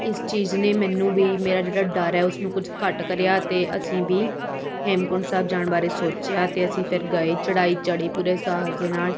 ਇਸ ਚੀਜ਼ ਨੇ ਮੈਨੂੰ ਵੀ ਮੇਰਾ ਜਿਹੜਾ ਡਰ ਹੈ ਉਸਨੂੰ ਕੁਝ ਘੱਟ ਕਰਿਆ ਅਤੇ ਅਸੀਂ ਵੀ ਹੇਮਕੁੰਟ ਸਾਹਿਬ ਜਾਣ ਬਾਰੇ ਸੋਚਿਆ ਅਤੇ ਅਸੀਂ ਫਿਰ ਗਏ ਚੜ੍ਹਾਈ ਚੜ੍ਹੀ ਪੂਰੇ ਸਾਹਸ ਦੇ ਨਾਲ